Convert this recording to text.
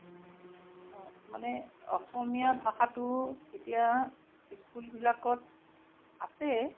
মানে অসমীয়া ভাষাটো এতিয়া স্কুলবিলাকত আছে